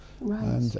Right